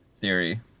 theory